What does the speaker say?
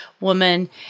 woman